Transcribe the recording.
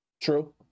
True